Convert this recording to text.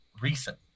recent